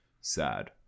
sad